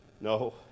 No